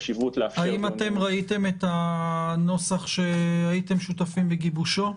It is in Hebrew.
חשיבות לאפשר --- האם אתם ראיתם את הנוסח שהייתם שותפים בגיבושו?